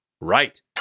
Right